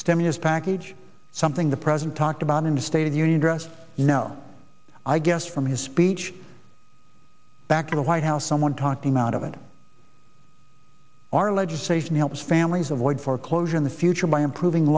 stimulus package something the president talked about in the state of union address you know i guess from his speech back at the white house someone talked him out of it our legislation helps families avoid foreclosure in the future by improving